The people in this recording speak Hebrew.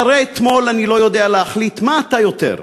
אחרי אתמול אני לא יודע להחליט מה אתה יותר,